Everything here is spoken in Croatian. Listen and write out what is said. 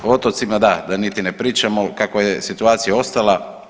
O otocima da, da niti ne pričamo kakva je situacija ostala.